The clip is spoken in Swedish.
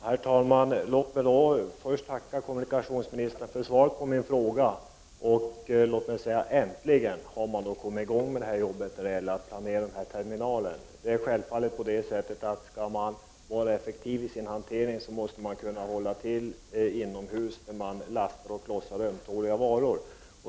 Herr talman! Låt mig först tacka kommunikationsministern för svaret på min fråga. Äntligen har man kommit i gång med arbetet att planera terminalen. Självfallet är det så att skall man vara effektiv i sin hantering måste man kunna hålla till inomhus när man lastar och lossar ömtåliga varor.